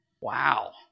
wow